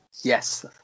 Yes